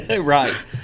Right